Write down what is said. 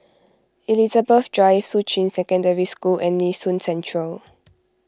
Elizabeth Drive Shuqun Secondary School and Nee Soon Central